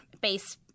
Base